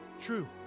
True